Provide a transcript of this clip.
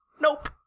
Nope